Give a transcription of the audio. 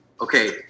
okay